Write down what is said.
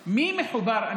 היושב-ראש.